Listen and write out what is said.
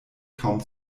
kaum